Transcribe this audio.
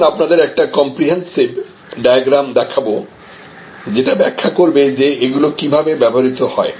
আমি এখন আপনাদের একটি কম্প্রিহেনসিভ ডায়াগ্রাম দেখাবো যেটা ব্যাখ্যা করবে যে এগুলো কিভাবে ব্যবহৃত হয়